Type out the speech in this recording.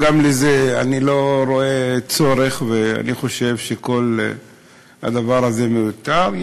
גם בזה אני לא רואה צורך ואני חושב שכל הדבר הזה מיותר,